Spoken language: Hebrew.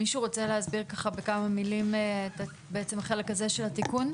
מישהו רוצה להסביר ככה בכמה מילים בעצם את החלק הזה של התיקון?